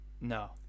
no